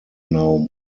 now